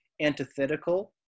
antithetical